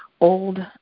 old